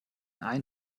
ein